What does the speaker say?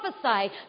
prophesy